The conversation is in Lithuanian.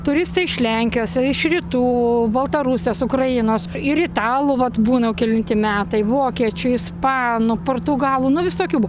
turistai iš lenkijos iš rytų baltarusijos ukrainos ir italų vat būna jau kelinti metai vokiečių ispanų portugalų nu visokių bo